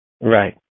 Right